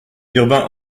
urbain